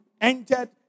entered